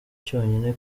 cyonyine